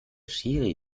schiri